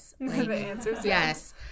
yes